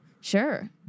Sure